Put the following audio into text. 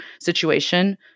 situation